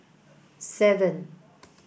seven